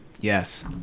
Yes